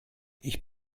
ich